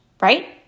right